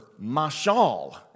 Mashal